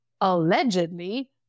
allegedly